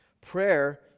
Prayer